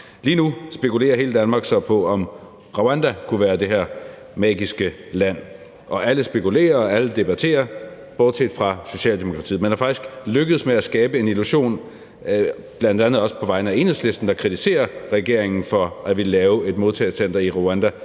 Lige nu spekulerer hele Danmark så på, om Rwanda kunne være det her magiske land. Alle spekulerer, alle debatterer, bortset fra Socialdemokratiet. Man er faktisk lykkedes med at skabe en illusion, også hos bl.a. Enhedslisten, der kritiserer regeringen for at ville lave et modtagelsescenter i Rwanda,